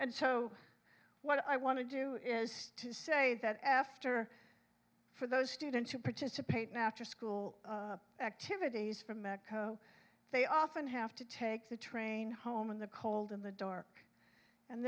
and so what i want to do is to say that after for those students who participate in after school activities from mco they often have to take the train home in the cold in the dark and